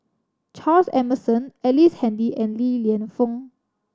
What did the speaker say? Charles Emmerson Ellice Handy and Li Lienfung